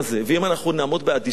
ואם אנחנו נעמוד באדישות,